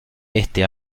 este